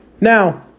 Now